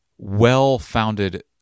well-founded